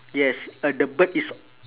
yes uh the bird is